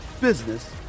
business